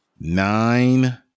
nine